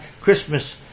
Christmas